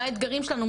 מה האתגרים שלנו,